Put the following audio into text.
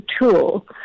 tool